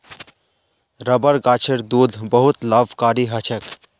rubber गाछेर दूध बहुत लाभकारी ह छेक